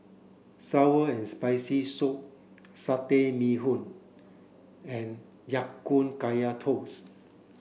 sour and spicy soup satay Bee Hoon and Ya Kun Kaya toast